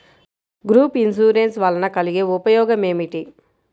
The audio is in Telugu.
గ్రూప్ ఇన్సూరెన్స్ వలన కలిగే ఉపయోగమేమిటీ?